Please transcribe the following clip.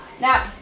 Now